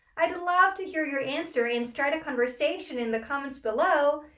i'd love to hear your answer and start a conversation in the comments below,